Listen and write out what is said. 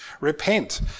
Repent